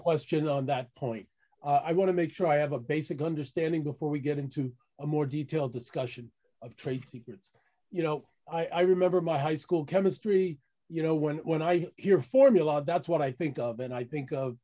question on that point i want to make sure i have a basic understanding before we get into a more detailed discussion of trade secrets you know i remember my high school chemistry you know when when i hear formula that's what i think of when i think of